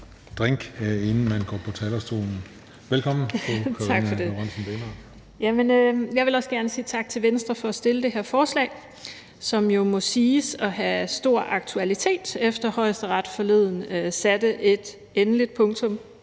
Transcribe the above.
Jeg vil også gerne sige tak til Venstre for at have fremsat det her forslag, som jo må siges at have stor aktualitet, efter at Højesteret forleden satte et endeligt punktum